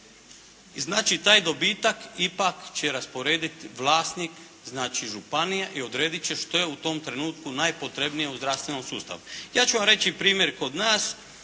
I znači taj dobitak ipak će rasporediti vlasnik, znači županija i odrediti će što je u tom trenutku najpotrebnije u zdravstvenom sustavu. Ja ću vam reći primjer kod nas,